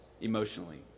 emotionally